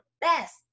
best